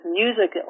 music